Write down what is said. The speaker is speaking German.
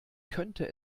könnte